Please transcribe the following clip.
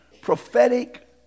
prophetic